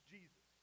Jesus